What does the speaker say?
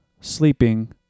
sleeping